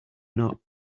not